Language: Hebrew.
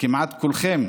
שכמעט כולכם